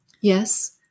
Yes